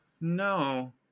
No